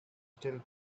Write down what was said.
still